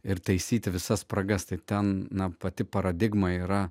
ir taisyti visas spragas tai ten pati paradigma yra